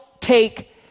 take